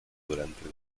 durante